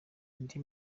indi